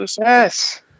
yes